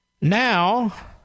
now